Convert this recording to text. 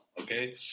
okay